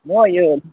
म यो